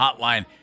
Hotline